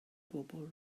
bobl